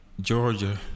Georgia